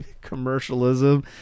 commercialism